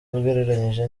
ugereranyije